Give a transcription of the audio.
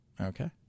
okay